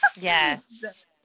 Yes